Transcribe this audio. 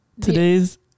today's